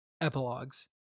epilogues